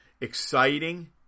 exciting